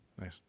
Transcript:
Nice